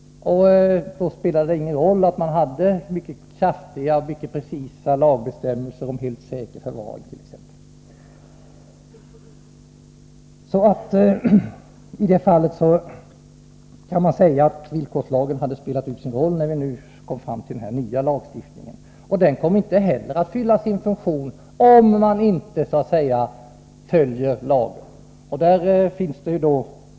Då har mycket precisa lagbestämmelser t.ex. om en helt säker förvaring ingen betydelse. I det fallet kan man säga att villkorslagen spelat ut sin roll i och med den nya lagstiftningen. Inte heller den nya lagstiftningen kommer att fylla sin funktion, om man så att säga inte följer lagen.